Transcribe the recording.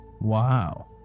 Wow